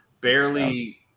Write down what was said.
barely